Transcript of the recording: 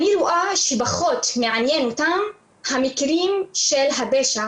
אני רואה שפחות מעניין אותם המקרים של הפשע